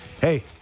hey